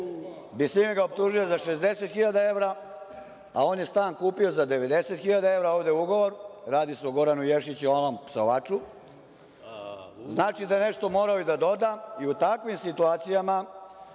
Bislimi ga je optužio za 60.000 evra, a on je stan kupio za 90.000 evra, ovde je ugovor. Radi se o Goranu Ješiću, onom psovaču. Znači da je nešto morao i da doda.U takvim situacijama,